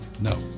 No